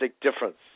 difference